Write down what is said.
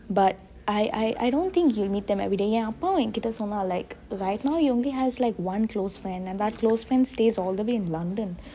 but I I I don't think you need them everyday என் அப்பாவு என்கிட்ட சொன்னா:en appavu enkitte sonna like right now he only has one close friend and that close friend stays all the way in london